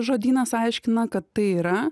žodynas aiškina kad tai yra